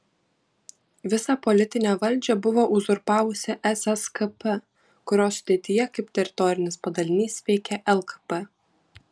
visą politinę valdžią buvo uzurpavusi sskp kurios sudėtyje kaip teritorinis padalinys veikė lkp